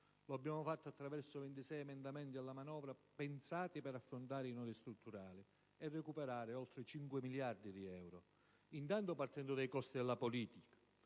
lo abbiamo fatto attraverso 26 emendamenti alla manovra pensati per affrontare i nodi strutturali e recuperare oltre 5 miliardi di euro. Intanto, partendo dai costi della politica.